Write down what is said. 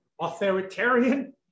authoritarian